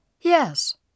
Yes